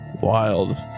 wild